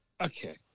okay